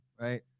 Right